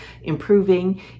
improving